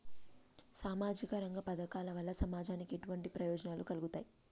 సామాజిక రంగ పథకాల వల్ల సమాజానికి ఎటువంటి ప్రయోజనాలు కలుగుతాయి?